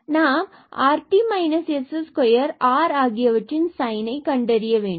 எனவே நாம் இதை rt s2 r சைனை கண்டறிய வேண்டும்